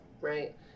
right